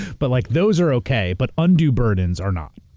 but like those are okay, but undue burdens are not.